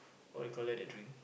what you call that that drink